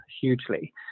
hugely